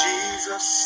Jesus